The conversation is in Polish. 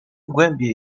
głębię